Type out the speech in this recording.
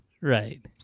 Right